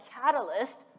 catalyst